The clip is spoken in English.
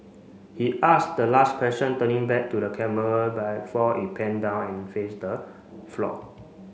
he asks the last question turning back to the camera before it pan down and face the floor